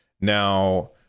now